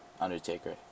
Undertaker